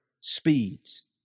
speeds